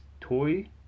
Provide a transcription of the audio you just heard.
toy